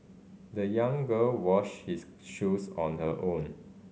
the young girl wash his shoes on her own